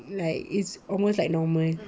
like it's almost like normal